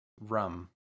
rum